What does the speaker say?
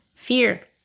Fear